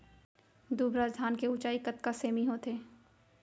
दुबराज धान के ऊँचाई कतका सेमी होथे?